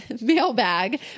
mailbag